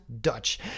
Dutch